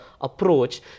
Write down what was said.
approach